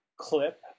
clip